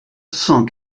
cent